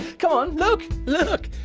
come on, look! look!